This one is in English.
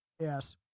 Yes